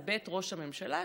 זה בית ראש הממשלה,